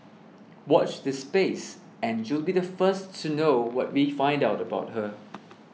watch this space and you'll be the first to know what we find out about her